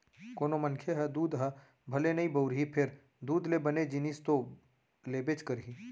कोनों मनखे ह दूद ह भले नइ बउरही फेर दूद ले बने जिनिस तो लेबेच करही